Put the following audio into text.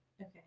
Okay